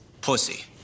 pussy